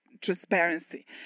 Transparency